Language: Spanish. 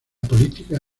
política